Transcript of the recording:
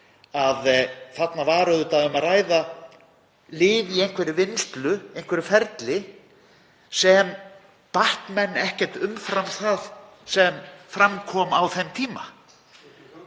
að þarna var um að ræða lið í einhverri vinnslu, einhverju ferli, sem batt menn ekkert umfram það sem fram kom á þeim tíma.